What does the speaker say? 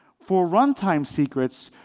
for runtime secrets,